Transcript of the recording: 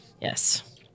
Yes